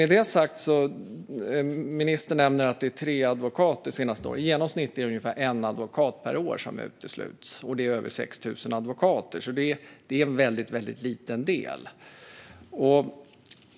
Ministern nämner att tre advokater uteslöts förra året. I genomsnitt utesluts ungefär en advokat per år, och Sverige har över 6 000 advokater. Det alltså en väldigt liten andel.